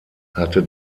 hatte